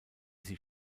sie